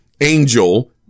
Angel